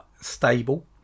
stable